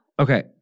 Okay